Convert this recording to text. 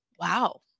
wow